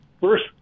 first